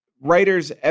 writers